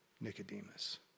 Nicodemus